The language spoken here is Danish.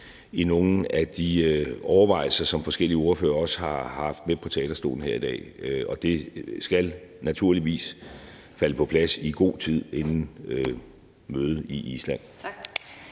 på nogle af de overvejelser, som forskellige ordførere også har haft med på talerstolen her i dag. Og det skal naturligvis falde på plads i god tid inden mødet i Island. Kl.